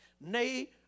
nay